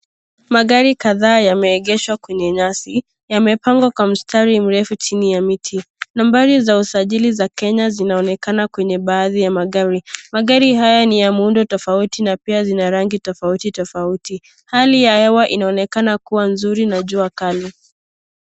Magari kadhaa yameegeshwa kwenye nyasi, yamepangwa kwa mstari mrefu chini ya miti. Nambari za usajili za Kenya zinaonekana kwenye baadhi ya magari. Magari haya ni ya muundo tofauti na pia zina rangi tofauti tofauti. Hali ya hewa inaonekana kuwa nzuri na jua kali.